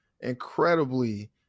incredibly